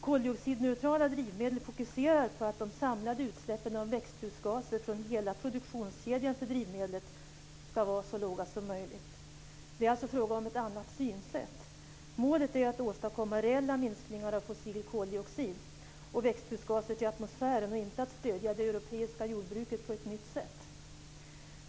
Koldioxidneutrala drivmedel fokuserar på att de samlade utsläppen av växthusgaser från hela produktionskedjan för drivmedlet ska vara så låga som möjligt. Det är alltså fråga om ett annat synsätt. Målet är att åstadkomma reella minskningar av fossil koldioxid och växthusgaser till atmosfären och inte att stödja det europeiska jordbruket på ett nytt sätt.